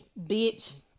bitch